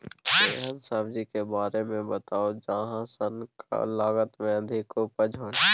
एहन सब्जी के बारे मे बताऊ जाहि सॅ कम लागत मे अधिक उपज होय?